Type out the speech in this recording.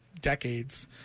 decades